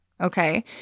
Okay